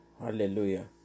Hallelujah